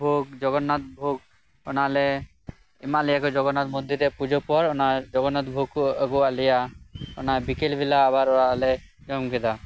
ᱵᱷᱳᱜᱽ ᱡᱚᱜᱚᱱᱱᱟᱛᱷ ᱵᱷᱚᱜᱽ ᱚᱱᱟᱞᱮ ᱮᱢᱟᱜ ᱞᱮᱭᱟ ᱠᱚ ᱡᱚᱜᱚᱱᱱᱟᱛᱷ ᱢᱚᱱᱫᱤᱨ ᱨᱮ ᱯᱩᱡᱟᱹ ᱯᱚᱨ ᱚᱱᱟ ᱡᱚᱜᱚᱱᱱᱟᱛᱷ ᱵᱷᱳᱜᱽ ᱠᱚ ᱟᱜᱩᱣᱟᱜ ᱞᱮᱭᱟ ᱚᱱᱟ ᱵᱤᱠᱟᱹᱞ ᱵᱮᱞᱟ ᱟᱨ ᱚᱱᱟ ᱞᱮ ᱡᱚᱢ ᱠᱮᱫᱟ